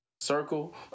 circle